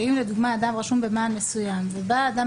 שאם לדוגמה אדם רשום במען מסוים ובא אדם